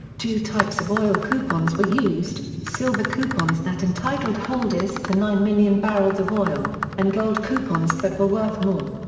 two types of oil coupons were used silver coupons that entitled holders to nine million barrels of oil, and gold coupons that were worth more.